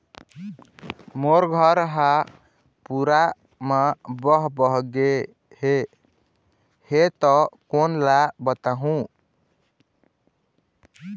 मोर घर हा पूरा मा बह बह गे हे हे ता कोन ला बताहुं?